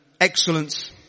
excellence